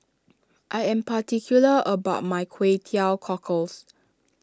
I am particular about my Kway Teow Cockles